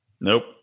Nope